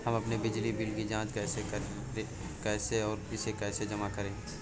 हम अपने बिजली बिल की जाँच कैसे और इसे कैसे जमा करें?